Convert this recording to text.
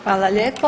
Hvala lijepo.